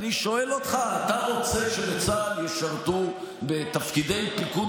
אני שואל אותך: אתה רוצה שבצה"ל ישרתו בתפקידי פיקוד